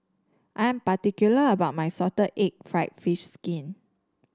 I am particular about my Salted Egg fried fish skin